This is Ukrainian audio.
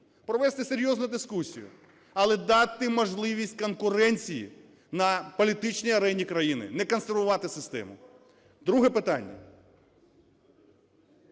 провести серйозну дискусію, але дати можливість конкуренції на політичній арені країни, не консервувати систему. Друге питання: